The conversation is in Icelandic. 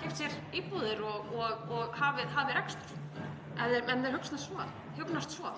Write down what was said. keypt sér íbúðir og hafið rekstur ef þeim hugnast svo.